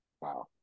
Wow